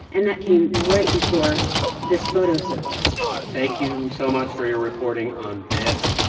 and that came right before this photo surfaced thank you so much for your reporting on this.